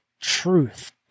truth